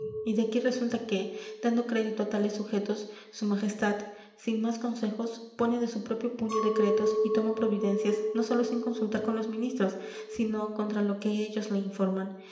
y de aquí resulta que dando crédito a tales sujetos s m sin más consejo pone de su propio puño decretos y toma providencias no sólo sin consultar con los ministros sino contra lo que ellos le informan